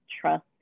Trust